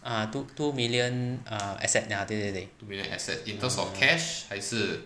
ah ah two two million err asset ya 对对对